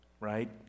right